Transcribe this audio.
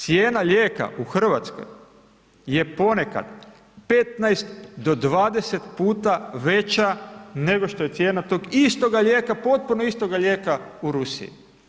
Cijena lijeka u RH je ponekad 15 do 20 puta veća nego što je cijena tog istoga lijeka, potpuno istoga lijeka u Rusiji.